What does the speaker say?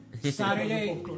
Saturday